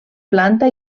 planta